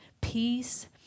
peace